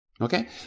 Okay